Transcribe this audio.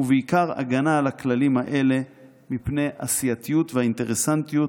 ובעיקר הגנה על הכללים האלה מפני הסיעתיות והאינטרסנטיות